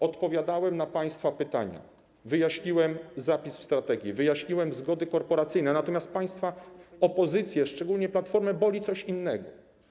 Odpowiadałem na państwa pytania, wyjaśniłem zapis w strategii, wyjaśniłem zgody korporacyjne, natomiast państwa, opozycję, szczególnie Platformę boli coś innego.